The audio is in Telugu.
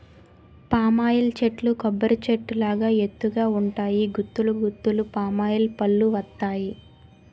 పామ్ ఆయిల్ చెట్లు కొబ్బరి చెట్టు లాగా ఎత్తు గ ఉంటాయి గుత్తులు గుత్తులు పామాయిల్ పల్లువత్తాయి